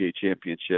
Championship